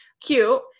cute